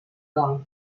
dol